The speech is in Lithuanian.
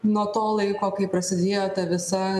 nuo to laiko kai prasidėjo ta visa